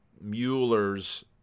Mueller's